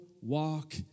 walk